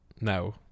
No